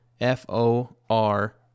F-O-R